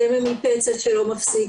דמם מפצע שלא מפסיק,